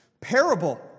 parable